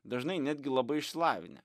dažnai netgi labai išsilavinę